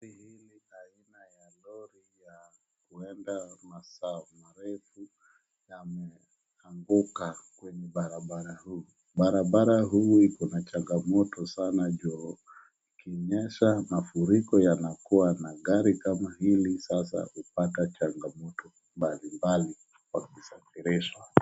Lori limeanguka kwenye barabara. Barabara hii iko na changamoto ambapo maji yanafurika na kupata changamoto katika kusafirisha.